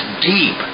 Deep